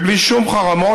ובלי שום חרמות,